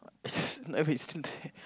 I mean it's still there